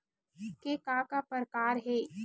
के का का प्रकार हे?